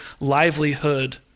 livelihood